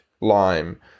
Lime